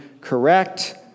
correct